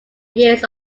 years